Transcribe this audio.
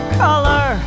color